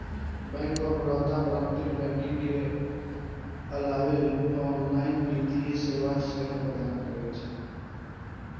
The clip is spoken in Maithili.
बैंक ऑफ बड़ौदा पारंपरिक बैंकिंग के अलावे ऑनलाइन वित्तीय सेवा सेहो प्रदान करै छै